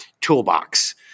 toolbox